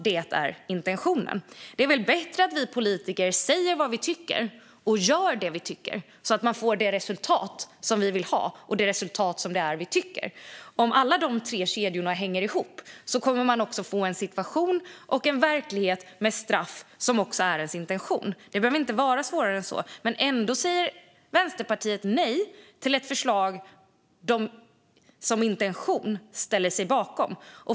Det är väl bättre att vi politiker säger och gör det vi tycker så att vi får det resultat vi vill ha. Om alla dessa tre kedjor hänger ihop kommer vi att få en verklighet med straff i enlighet med vår intention. Det behöver inte vara svårare än så. Ändå säger Vänsterpartiet nej till ett förslag vars intention de ställer sig bakom.